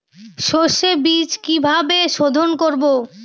সর্ষে বিজ কিভাবে সোধোন করব?